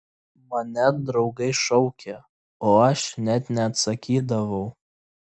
mane draugai šaukė o aš net neatsakydavau